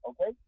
okay